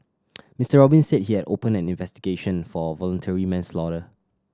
Mister Robin said he had opened an investigation for voluntary